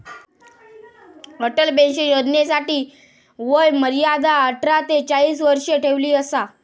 Atal pension योजनेसाठी वय मर्यादा अठरा ते चाळीस वर्ष ठेवली असा